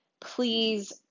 please